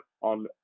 on